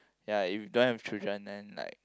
ya if don't have children then like